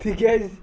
تِکیٛازِ